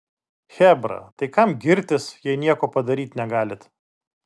chebra tai kam girtis jei nieko padaryt negalit